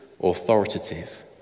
authoritative